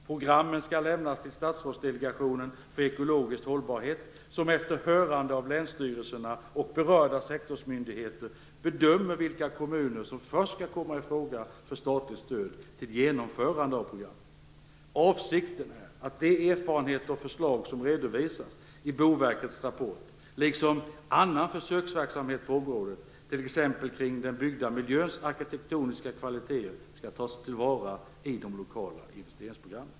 Programmen skall lämnas till statsrådsdelegationen för ekologisk hållbarhet som efter hörande av länsstyrelserna och berörda sektorsmyndigheter bedömer vilka kommuner som först skall komma i fråga för statligt stöd till genomförande av programmen. Avsikten är att de erfarenheter och förslag som redovisas i Boverkets rapport liksom annan försöksverksamhet på området, t.ex. kring den byggda miljöns arkitektoniska kvaliteter, skall tas till vara i de lokala investeringsprogrammen.